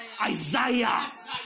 Isaiah